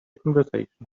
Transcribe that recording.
conversation